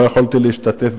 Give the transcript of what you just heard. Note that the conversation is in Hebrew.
לא יכולתי להשתתף,